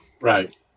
right